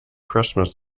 christmas